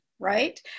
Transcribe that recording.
Right